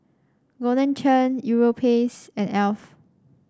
Golden Churn Europace and Alf